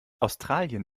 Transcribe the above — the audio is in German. australien